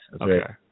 Okay